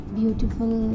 beautiful